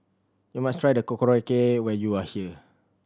you must try the Korokke when you are here